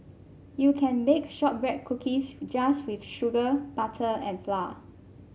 you can bake shortbread cookies just with sugar butter and flour